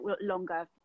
longer